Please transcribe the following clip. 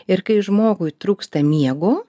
ir kai žmogui trūksta miego